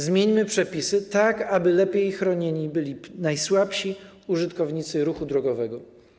Zmieńmy przepisy tak, aby lepiej byli chronieni najsłabsi użytkownicy ruchu drogowego.